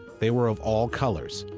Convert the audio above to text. they were of all colors,